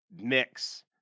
mix